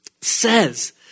says